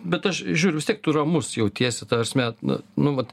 bet aš žiūriu vis tiek tu ramus jautiesi ta prasme nu nu vat